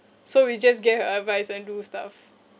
so we just get her advice and do stuff